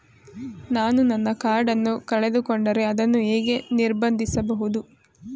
ನಾನು ನನ್ನ ಕಾರ್ಡ್ ಅನ್ನು ಕಳೆದುಕೊಂಡರೆ ಅದನ್ನು ಹೇಗೆ ನಿರ್ಬಂಧಿಸಬಹುದು?